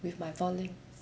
with my volu~